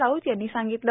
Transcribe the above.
राऊत यांनी सांगितले